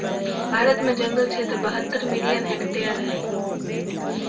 भारत में जंगल क्षेत्र बहत्तर मिलियन हेक्टेयर हइ